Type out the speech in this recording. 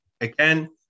again